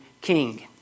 king